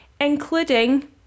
including